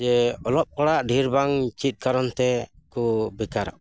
ᱡᱮ ᱚᱞᱚᱜ ᱯᱟᱲᱦᱟᱜ ᱰᱷᱮᱨ ᱵᱟᱝ ᱪᱮᱫ ᱠᱟᱨᱚᱱ ᱛᱮ ᱠᱚ ᱵᱮᱠᱟᱨᱚᱜ ᱠᱟᱱᱟ